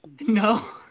No